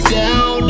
down